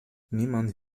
niemand